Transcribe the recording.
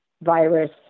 virus